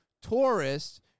tourists